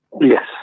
Yes